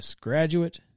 graduate